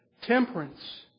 temperance